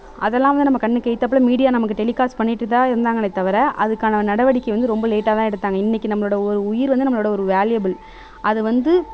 அதலாம் வந்து நம்ம கண்ணுக்கு எழுத்தாப்பில் மீடியா நமக்கு டெலிகாஸ்ட் பண்ணிட்டுதான் இருந்தாங்களே தவிர அதுக்கான நடவடிக்கை வந்து ரொம்ப லேட்டாக தான் எடுத்தாங்க இன்னிக்கி நம்மளோட ஒரு உயிர் வந்து நம்மளோட ஒரு வேலியபுள் அது வந்து